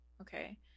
Okay